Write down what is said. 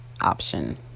option